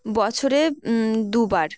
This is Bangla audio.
বছরে দুবার